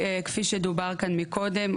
כפי שדובר כאן מקודם,